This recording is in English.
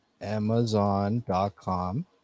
Amazon.com